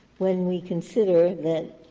when we consider that